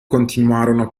continuarono